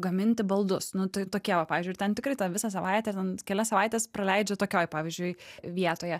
gaminti baldus nu tai tokie va pavyzdžiui ir ten tikrai tą visą savaitę ten kelias savaites praleidžia tokioj pavyzdžiui vietoje